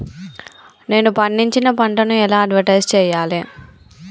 నేను పండించిన పంటను ఎలా అడ్వటైస్ చెయ్యాలే?